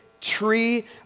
tree